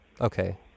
okay